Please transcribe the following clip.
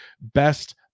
best